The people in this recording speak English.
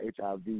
HIV